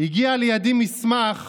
הגיע לידי מסמך,